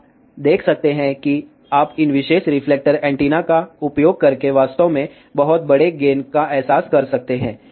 आप देख सकते हैं कि आप इन विशेष रिफ्लेक्टर एंटीना का उपयोग करके वास्तव में बहुत बड़े गेन का एहसास कर सकते हैं